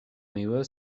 miłe